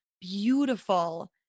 beautiful